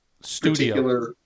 studio